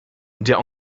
der